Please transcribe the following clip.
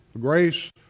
grace